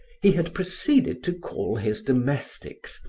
he had proceeded to call his domestics,